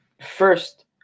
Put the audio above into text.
first